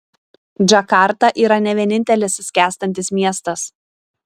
džakarta yra ne vienintelis skęstantis miestas